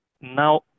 now